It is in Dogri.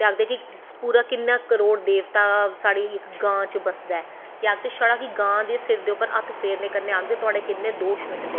ते आखदे कि पता नी किन्ना करोड़ देवता साढ़ी गां च बसदा ऐ ते आखदे कि छड़ा गां दे सिर पर हत्थ फेरनें कन्नैं आखदे तुआढ़े किन्नें दोश मिटदे न